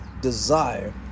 desire